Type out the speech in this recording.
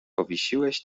powiesiłeś